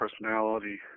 personality